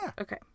Okay